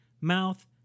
Mouth